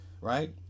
right